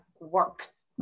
works